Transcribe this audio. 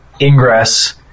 ingress